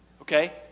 Okay